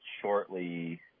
shortly